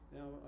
Now